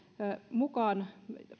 mukaan